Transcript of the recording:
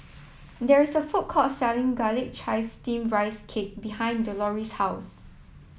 there is a food court selling Garlic Chives Steamed Rice Cake behind Deloris' house